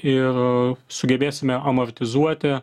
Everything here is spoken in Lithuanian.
ir sugebėsime amortizuoti